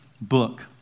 book